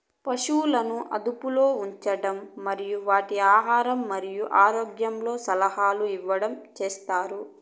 పసువులను అదుపులో ఉంచడం మరియు వాటి ఆహారం మరియు ఆరోగ్యంలో సలహాలు ఇవ్వడం చేత్తారు